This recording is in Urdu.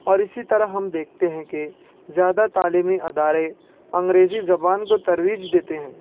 اور اسی طرح ہم دیکھتے ہیں کہ زیادہ تعلیمی ادارے انگریزی زبان کو ترویج دیتے ہیں